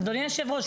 אדוני יושב הראש,